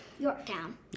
Yorktown